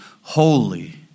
holy